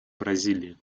бразилии